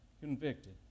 convicted